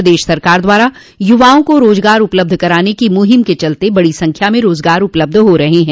प्रदेश सरकार द्वारा युवाओं को रोजगार उपलब्ध कराने की मुहिम के चलते बड़ी संख्या में रोजगार उपलब्ध हो रहे हैं